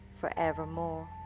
forevermore